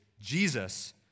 Jesus